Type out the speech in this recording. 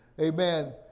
Amen